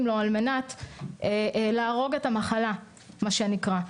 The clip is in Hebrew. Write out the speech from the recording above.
לו על מנת להרוג את המחלה מה שנקרא.